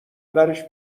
درش